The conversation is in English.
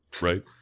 right